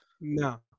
no